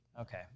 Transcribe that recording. Okay